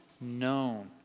known